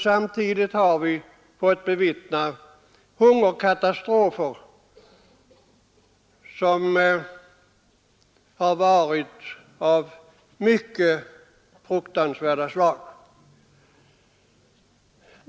Samtidigt har vi fått bevittna hungerkatastrofer av fruktansvärt slag.